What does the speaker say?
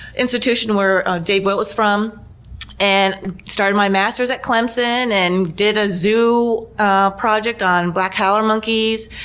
institution where dave wildt was from and started my master's at clemson and did a zoo ah project on black howler monkeys.